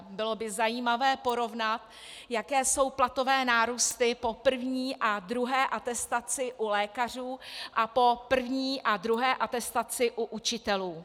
Bylo by zajímavé porovnat, jaké jsou platové nárůsty po první a druhé atestaci u lékařů a po první a druhé atestaci u učitelů.